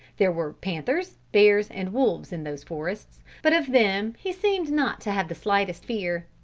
there were panthers, bears and wolves in those forests, but of them he seemed not to have the slightest fear.